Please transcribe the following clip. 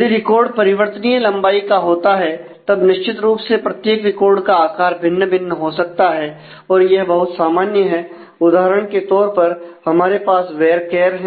यदि रिकॉर्ड परिवर्तनीय लंबाई का होता है तब निश्चित रूप से प्रत्येक रिकॉर्ड का आकार भिन्न भिन्न हो सकता है और यह बहुत सामान्य है उदाहरण के तौर पर हमारे पास वेरकेर